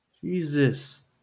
Jesus